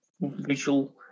visual